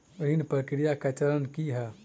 ऋण प्रक्रिया केँ चरण की है?